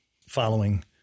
Following